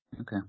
Okay